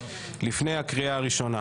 לפני הקריאה הראשונה.